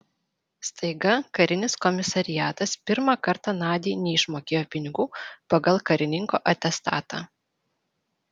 staiga karinis komisariatas pirmą kartą nadiai neišmokėjo pinigų pagal karininko atestatą